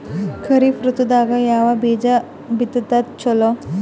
ಖರೀಫ್ ಋತದಾಗ ಯಾವ ಬೀಜ ಬಿತ್ತದರ ಚಲೋ?